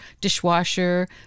dishwasher